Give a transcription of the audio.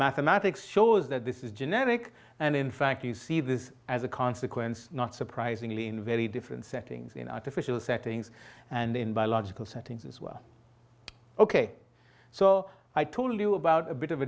mathematics shows that this is genetic and in fact you see this as a consequence not surprisingly in very different settings in artificial settings and in biological settings as well ok so i told you about a bit of a